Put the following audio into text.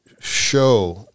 show